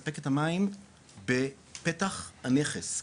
מספק את המים בפתח הנכס,